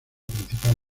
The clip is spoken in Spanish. principal